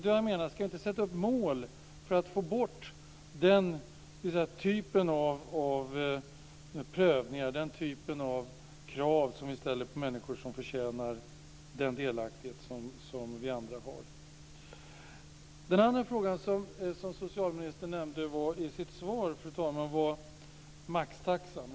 Ska vi inte sätta upp mål för att få bort den typen av prövningar och krav som vi ställer på människor som förtjänar den delaktighet som vi andra har? Fru talman! Den andra frågan som socialministern nämnde i sitt svar var maxtaxan.